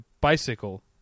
bicycle